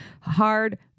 hard